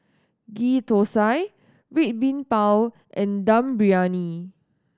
Ghee Thosai Red Bean Bao and Dum Briyani